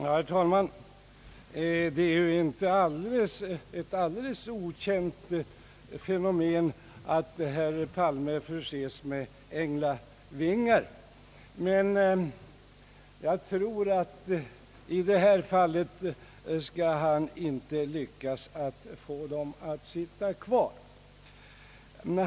Herr talman! Det är ju ett inte alldeles okänt fenomen att herr Palme förses med änglavingar men jag tror att i det här fallet skall han inte lyckas få dem att sitta kvar.